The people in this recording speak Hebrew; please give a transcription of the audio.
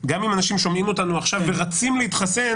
גם אם אנשים שומעים אותנו עכשיו ורצים להתחסן,